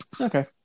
Okay